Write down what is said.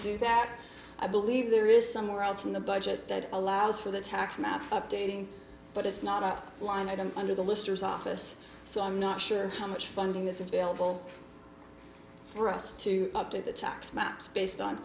do that i believe there is somewhere else in the budget that allows for the tax map updating but it's not a line item under the listers office so i'm not sure how much funding this is available for us to update the tax maps based on